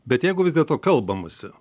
bet jeigu vis dėlto kalbamasi